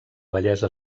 bellesa